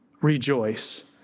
rejoice